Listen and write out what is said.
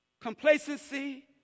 complacency